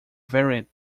variant